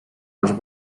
els